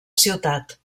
ciutat